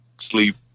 sleep